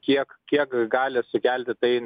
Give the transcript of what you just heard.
kiek kiek gali sukelti tai